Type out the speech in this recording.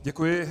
Děkuji.